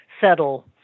settle